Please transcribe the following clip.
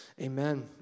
Amen